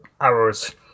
hours